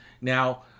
now